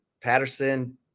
Patterson